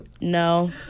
No